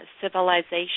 civilization